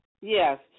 Yes